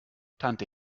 tante